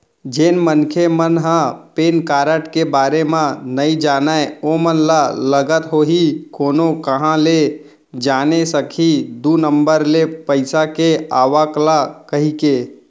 जेन मनखे मन ह पेन कारड के बारे म नइ जानय ओमन ल लगत होही कोनो काँहा ले जाने सकही दू नंबर ले पइसा के आवक ल कहिके